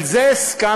על זה הסכמתי